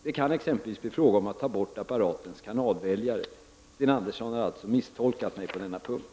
Det kan exempelvis bli fråga om att ta bort apparatens kanalväljare. Sten Andersson har alltså misstolkat mig på denna punkt.